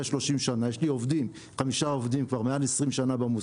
יש לי 5 עובדים מעל 20 שנה במוסך,